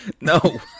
No